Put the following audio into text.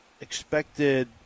expected